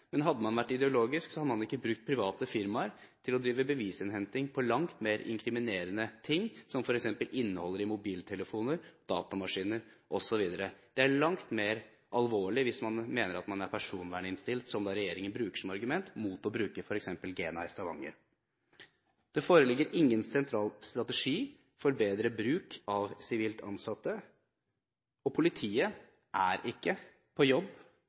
men hadde man vært ideologisk, hadde man ikke brukt private firmaer til å drive bevisinnhenting på langt mer inkriminerende ting, som f.eks. innholdet i mobiltelefoner, datamaskiner osv. Det er langt mer alvorlig hvis man mener at man er personverninnstilt, som er det regjeringen bruker som argument, mot å bruke for eksempel GENA i Stavanger. Det foreligger ingen sentral strategi for bedre bruk av sivilt ansatte, og politiet er ikke på jobb